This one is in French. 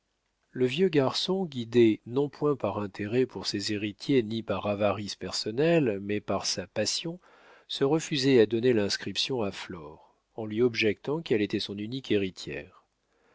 le vieux garçon guidé non point par intérêt pour ses héritiers ni par avarice personnelle mais par sa passion se refusait à donner l'inscription à flore en lui objectant qu'elle était son unique héritière